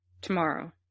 tomorrow